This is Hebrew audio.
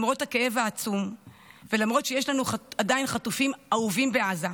למרות הכאב העצום ולמרות שיש לנו עדיין חטופים אהובים בעזה,